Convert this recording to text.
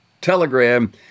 telegram